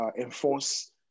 enforce